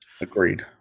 Agreed